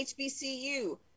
HBCU